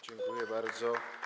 Dziękuję bardzo.